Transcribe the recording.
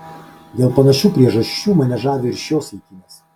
dėl panašių priežasčių mane žavi ir šios eitynės